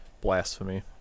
Blasphemy